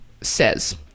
says